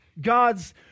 God's